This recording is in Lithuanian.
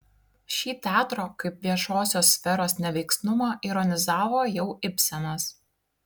šį teatro kaip viešosios sferos neveiksnumą ironizavo jau ibsenas